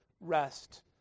rest